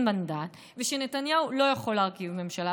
מנדט ושנתניהו לא יכול להרכיב ממשלה,